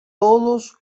todos